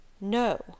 No